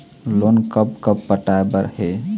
Loan कब कब पटाए बर हे?